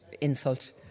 insult